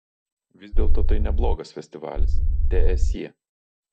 vis dėlto tai neblogas festivalis teesie